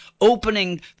opening